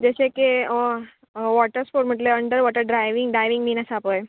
जशें की water sport म्हटलें अंडर वॉटर ड्रायवींग ड्रायवींग बीन आसा पय